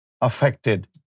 affected